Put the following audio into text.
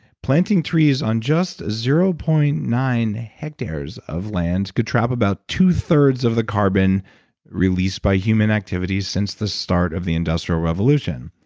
planting trees on just zero point nine hectares of land could trap about two thirds of the carbon released by human activities since the start of the industrial revolution.